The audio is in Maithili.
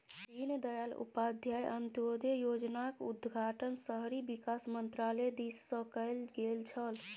दीनदयाल उपाध्याय अंत्योदय योजनाक उद्घाटन शहरी विकास मन्त्रालय दिससँ कैल गेल छल